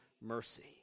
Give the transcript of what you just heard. mercy